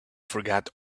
forgot